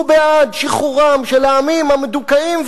הוא בעד שחרורם של העמים המדוכאים,